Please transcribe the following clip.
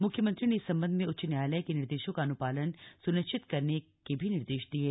मुख्यमंत्री ने इस सम्बन्ध में उच्च न्यायालय के निर्देशों का अनुपालन सुनिश्चित करने के भी निर्देश दिये